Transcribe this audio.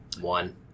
One